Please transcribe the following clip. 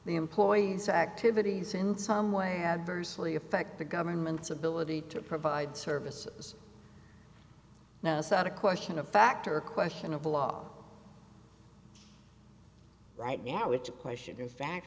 the employees activities in some way adversely affect the government's ability to provide services now it's not a question of factor a question of law right now it's a question of fa